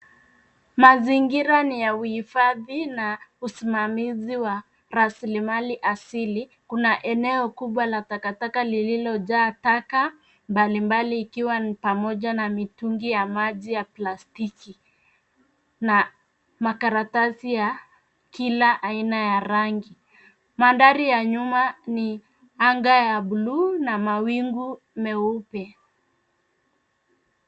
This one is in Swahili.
Mazingira ni ya uhifadhi na usimamizi wa rasilimali asili. Kuna eneo kubwa la takataka lililojaa taka mbalimbali ikiwa ni pamoja na mitungi ya maji ya plastiki na makaratasi ya kila aina ya rangi. Mandhari ya nyuma ni anga ya bluu na mawingu meupe.